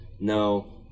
No